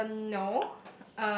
uh no